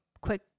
quick